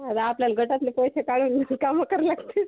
आता आपल्याला गटातले पैसे काढून कामं करावी लागतील